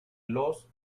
los